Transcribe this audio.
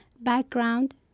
background